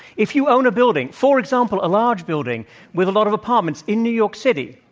if you own a building for example, a large building with a lot of apartments in new york city,